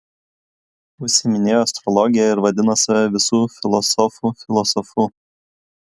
užsiiminėjo astrologija ir vadino save visų filosofų filosofu